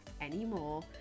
anymore